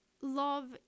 love